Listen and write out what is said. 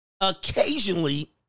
Occasionally